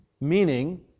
meaning